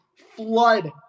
flood